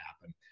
happen